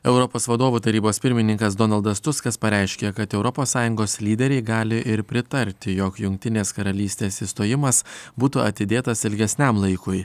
europos vadovų tarybos pirmininkas donaldas tuskas pareiškė kad europos sąjungos lyderiai gali ir pritarti jog jungtinės karalystės išstojimas būtų atidėtas ilgesniam laikui